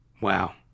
Wow